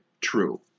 true